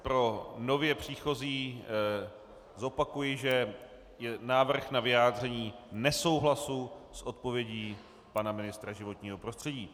Pro nově příchozí zopakuji, že je návrh na vyjádření nesouhlasu s odpovědí pana ministra životního prostředí.